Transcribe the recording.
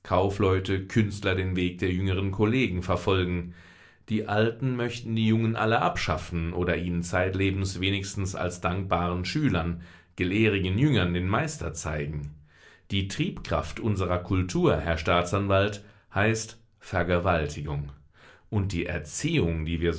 kaufleute künstler den weg der jüngeren kollegen verfolgen die alten möchten die jungen alle abschaffen oder ihnen zeitlebens wenigstens als dankbaren schülern gelehrigen jüngern den meister zeigen die triebkraft unserer kultur herr staatsanwalt heißt vergewaltigung und die erziehung die